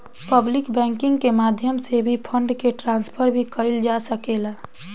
public banking के माध्यम से भी फंड के ट्रांसफर भी कईल जा सकेला